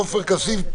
עופר כסיף,